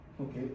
Okay